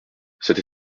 cette